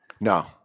No